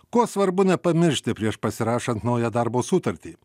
ko svarbu nepamiršti prieš pasirašant naują darbo sutartį